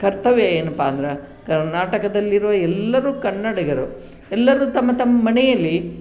ಕರ್ತವ್ಯ ಏನಪ್ಪ ಅಂದ್ರೆ ಕರ್ನಾಟಕದಲ್ಲಿರುವ ಎಲ್ಲರು ಕನ್ನಡಿಗರು ಎಲ್ಲರು ತಮ್ಮ ತಮ್ಮ ಮನೆಯಲ್ಲಿ